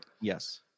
yes